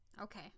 Okay